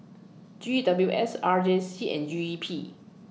G W S R J C and G E P